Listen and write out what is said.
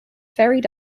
ferried